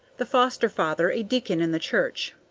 the foster-father a deacon in the church.